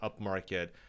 upmarket